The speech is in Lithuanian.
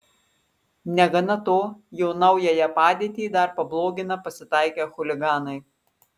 negana to jo naująją padėtį dar pablogina pasitaikę chuliganai